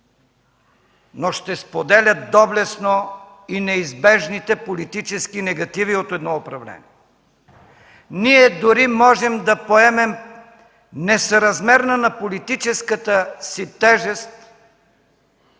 но ще споделя доблестно и неизбежните политически негативи от едно управление”. Ние дори можем да поемем несъразмерни на политическата си тежест